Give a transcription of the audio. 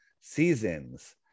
seasons